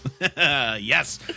Yes